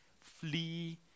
flee